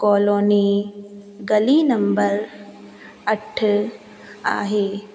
colony गली number अठ आहे